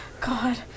god